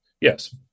Yes